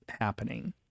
happening